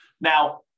Now